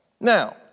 Now